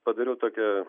padariau tokią